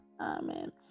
Amen